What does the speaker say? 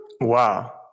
Wow